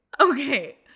Okay